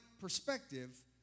perspective